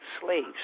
slaves